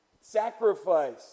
sacrifice